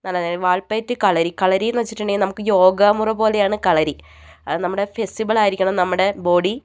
എന്ന് പറഞ്ഞാൽ വാൾപ്പയറ്റ് കളരി കളരി എന്ന് വെച്ചിട്ടുണ്ടെങ്കിൽ നമുക്ക് യോഗമുറ പോലെയാണ് കളരി നമ്മുടെ ഫ്ലെക്സിബിൾ ആയിരിക്കണം നമ്മുടെ ബോഡി